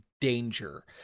danger